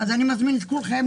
שזה בערך 17 מיליון שקל.